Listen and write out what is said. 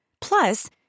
Plus